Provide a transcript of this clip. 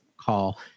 call